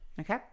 Okay